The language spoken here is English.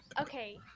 Okay